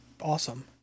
awesome